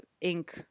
ink